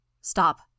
Stop